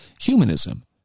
humanism